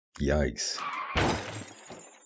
yikes